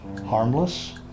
harmless